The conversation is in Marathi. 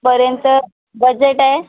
पर्यंत बजेट आहे